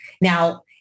Now